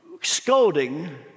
scolding